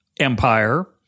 empire